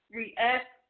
react